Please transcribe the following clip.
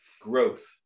Growth